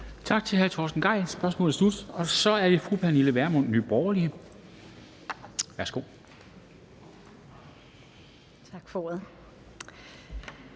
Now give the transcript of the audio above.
Tak til hr. Torsten Gejl. Spørgsmålet er slut. Så er det fru Pernille Vermund, Nye Borgerlige. Værsgo. Kl. 14:01 Spm.